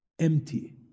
empty